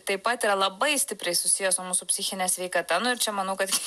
taip pat yra labai stipriai susijęs su mūsų psichine sveikata nu ir čia manau kad